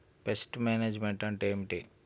Pest management అంటే ఏమిటి?